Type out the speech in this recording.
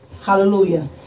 hallelujah